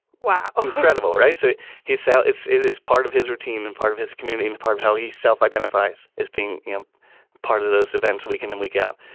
wow. incredible. right. so he said it is part of his routine and part of his community and part of how he self-identifies is being you know part of those events week in and week out.